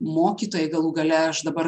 mokytojai galų gale aš dabar